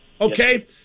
okay